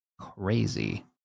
crazy